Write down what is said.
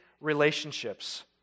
relationships